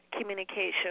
communication